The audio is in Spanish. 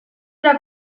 era